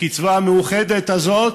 הקצבה המאוחדת הזאת